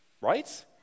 Right